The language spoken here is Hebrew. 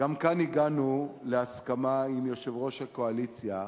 גם כאן הגענו להסכמה עם יושב-ראש הקואליציה,